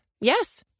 Yes